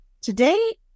Today